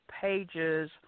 pages